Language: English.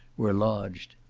were lodged.